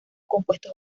compuestos